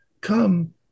come